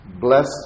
bless